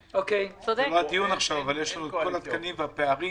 והאם --- זה לא הדיון עכשיו אבל יש לנו את כל התקנים ומידע על הפערים